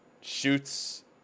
shoots